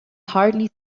hardly